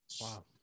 Wow